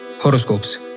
horoscopes